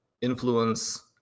influence